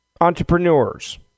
entrepreneurs